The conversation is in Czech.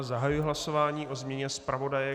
Zahajuji hlasování o změně zpravodaje.